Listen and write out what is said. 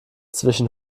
zwischen